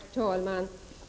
Herr talman!